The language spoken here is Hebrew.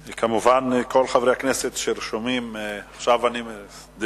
כמובן, כל חברי הכנסת שרשומים דיברו.